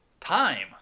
time